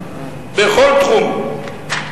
בכל תחום.